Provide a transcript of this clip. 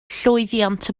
llwyddiant